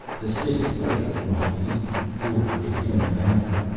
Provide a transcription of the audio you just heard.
the city lay at my feet, for it is in a valley.